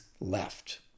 left